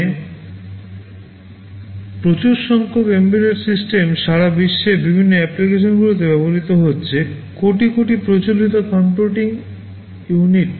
বর্তমানে প্রচুর সংখ্যক এম্বেডেড সিস্টেম সারা বিশ্বে বিভিন্ন অ্যাপ্লিকেশনগুলিতে ব্যবহৃত হচ্ছে কোটি কোটি প্রচলিত কম্পিউটিং ইউনিট